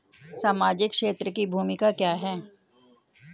सामाजिक क्षेत्र की भूमिका क्या है?